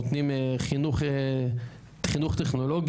נותנים חינוך טכנולוגי,